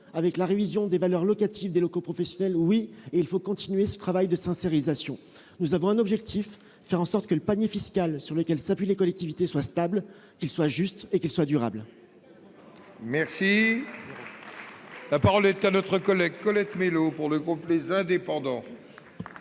de la révision des valeurs locatives des locaux professionnels ? Oui, et il faut continuer ce travail de « sincérisation ». Nous avons un objectif : faire en sorte que le panier fiscal sur lequel s'appuient les collectivités soit stable, qu'il soit juste et qu'il soit durable ! La parole est à Mme Colette Mélot, pour le groupe Les Indépendants